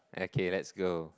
okay let's go